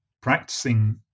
practicing